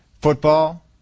Football